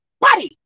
buddy